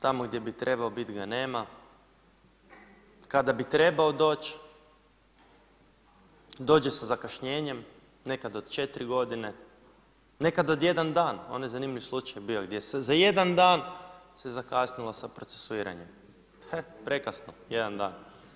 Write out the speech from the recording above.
Tamo gdje bi trebao bit ga nema, kada bi trebao doć, dođe sa zakašnjenjem, nekad od 4 godine, nekad od jedan dan, onaj zanimljiv slučaj je bio gdje se za jedan dan se zakasnilo sa procesuiranjem, e prekasno, jedan dan.